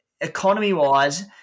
economy-wise